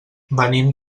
venim